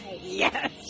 Yes